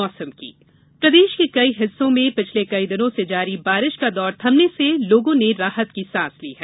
मौसम बारिश प्रदेश के कई हिस्सों में पिछले कई दिनों से जारी बारिश का दौर थमने से लोगों ने राहत की सांस ली है